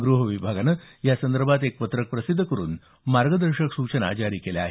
गृहविभागाने यासंदर्भात एक पत्रक प्रसिद्ध करून मार्गदर्शक सूचना जारी केल्या आहेत